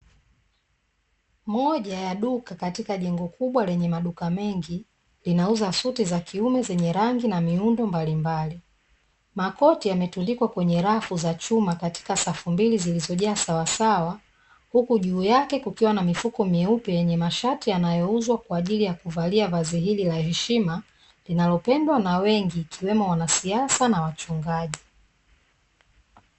Moja ya duka katika jengo kubwa lenye maduka mengi, inauza suti za kiume zenye rangi na miundo mbalimbali. Makoti yametundikwa kwenye rafu za chuma katika safu mbili zilizojaa sawasawa, huku juu yake kukiwa na mifuko meupe yenye mashati yanayouzwa kwa ajili ya kuvalia vazi hili la heshima, linalopendwa na wengi ikiwemo wanasiasa na wachungaji.